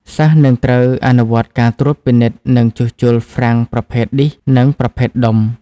សិស្សនឹងត្រូវអនុវត្តការត្រួតពិនិត្យនិងជួសជុលហ្វ្រាំងប្រភេទឌីសនិងប្រភេទដុំ។